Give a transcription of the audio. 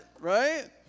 right